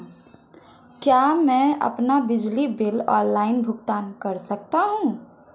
क्या मैं अपना बिजली बिल ऑनलाइन भुगतान कर सकता हूँ?